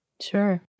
Sure